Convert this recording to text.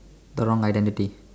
the wrong identity